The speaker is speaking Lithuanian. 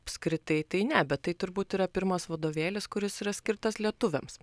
apskritai tai ne bet tai turbūt yra pirmas vadovėlis kuris yra skirtas lietuviams